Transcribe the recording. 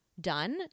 done